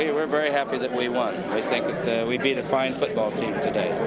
yeah we're very happy that we won. we think that we beat a fine football team today.